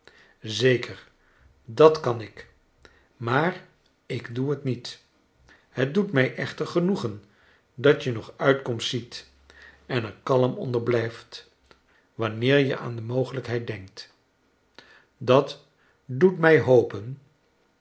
zeker dat kan ik maar ik d o e het niet het doet mij echter genoegen dat je nog uitkomst ziet en er kalm onder big ft wanneer je aan charles dickens de mogelijkheid denkt dat doet mij liopen